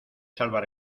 salvar